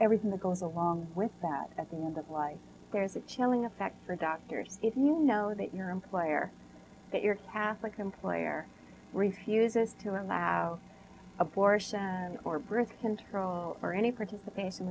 everything that goes along with that at the end of life there's a chilling effect for doctors if you know that your employer that you're catholic employer refuses to allow abortion or birth control or any participat